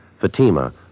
Fatima